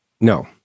No